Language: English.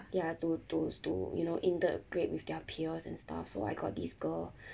ya to to to you know integrate with their peers and stuff so I got this girl